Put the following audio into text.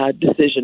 decision